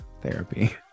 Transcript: therapy